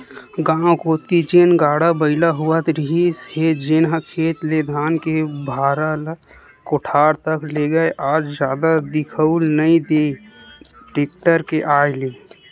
गाँव कोती जेन गाड़ा बइला होवत रिहिस हे जेनहा खेत ले धान के भारा ल कोठार तक लेगय आज जादा दिखउल नइ देय टेक्टर के आय ले